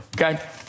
okay